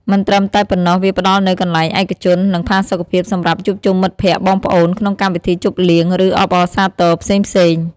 មិនត្រឹមតែប៉ុណ្ណោះ វាផ្តល់នូវកន្លែងឯកជន និងផាសុកភាពសម្រាប់ជួបជុំមិត្តភក្តិ បងប្អូន ក្នុងកម្មវិធីជប់លៀង ឬអបអរសាទរផ្សេងៗ។